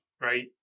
right